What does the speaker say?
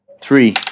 Three